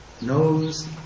knows